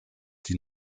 die